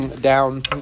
down